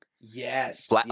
Yes